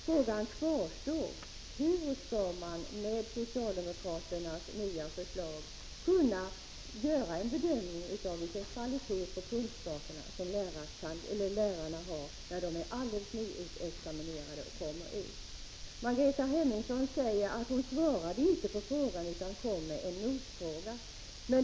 Frågan kvarstår: Hur skall man med socialdemokraternas nya förslag kunna göra en bedömning av vilken kvalitet på kunskaperna som lärarna har när de är alldeles nyutexaminerade? Margareta Hemmingsson säger att hon inte svarade på frågan utan kom med en motfråga.